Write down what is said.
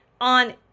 on